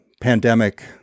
pandemic